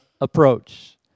approach